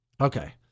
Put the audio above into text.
Okay